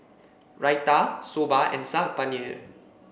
Raita Soba and Saag Paneer